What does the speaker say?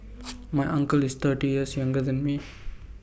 my uncle is thirty years younger than me